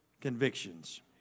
convictions